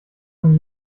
von